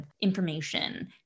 information